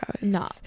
No